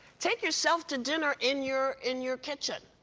take yourself to dinner in your in your kitchen.